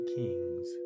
kings